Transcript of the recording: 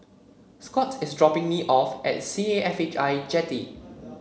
Scot is dropping me off at C A F H I Jetty